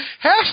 Half